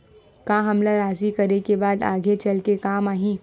का हमला राशि करे के बाद आगे चल के काम आही?